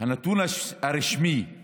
הנתון הרשמי על